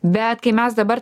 bet kai mes dabar